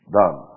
done